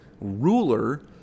ruler